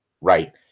right